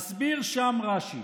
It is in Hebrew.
מסביר שם רש"י: